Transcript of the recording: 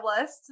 list